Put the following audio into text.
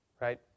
right